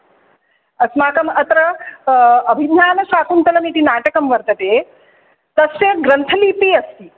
अस्माकम् अत्र अभिज्ञानशाकुन्तलमिति नाटकं वर्तते तस्य ग्रन्थलिपिः अस्ति